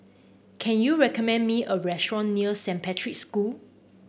can you recommend me a restaurant near Saint Patrick's School